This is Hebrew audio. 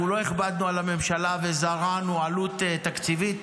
אנחנו לא הכבדנו על הממשלה וזרענו עלות תקציבית,